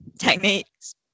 techniques